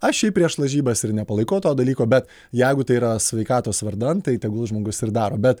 aš šiaip prieš lažybas ir nepalaikau to dalyko bet jeigu tai yra sveikatos vardan tai tegul žmogus ir daro bet